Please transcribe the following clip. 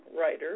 writer